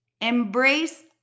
Embrace